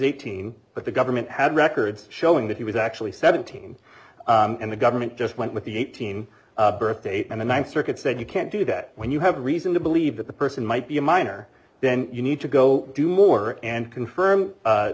eighteen but the government had records showing that he was actually seventeen and the government just went with the eighteen birthdate and the ninth circuit said you can't do that when you have a reason to believe that the person might be a minor then you need to go do more and confirm